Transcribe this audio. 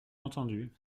entendu